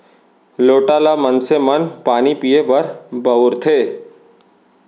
लोटा ल मनसे मन पानी पीए बर बउरथे